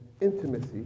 intimacy